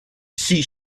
see